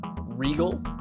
regal